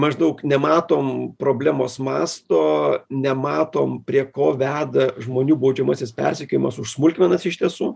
maždaug nematom problemos masto nematom prie ko veda žmonių baudžiamasis persekiojimas už smulkmenas iš tiesų